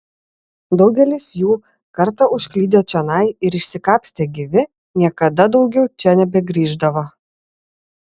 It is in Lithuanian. daugelis jų kartą užklydę čionai ir išsikapstę gyvi niekada daugiau čia nebegrįždavo